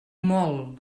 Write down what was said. molt